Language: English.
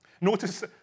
Notice